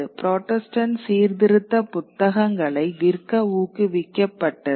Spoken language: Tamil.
புராட்டஸ்டன்ட் சீர்திருத்த புத்தகங்களை விற்க ஊக்குவிக்கப்பட்டது